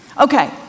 okay